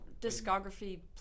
discography